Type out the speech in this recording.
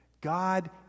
God